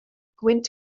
gwynt